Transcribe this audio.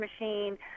machine